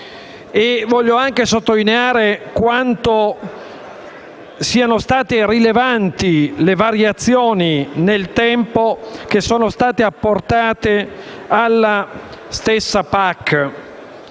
Vorrei anche sottolineare quanto siano state rilevanti le variazioni che nel tempo sono state apportate alla stessa PAC.